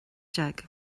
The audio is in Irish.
déag